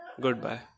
Goodbye